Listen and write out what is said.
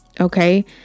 okay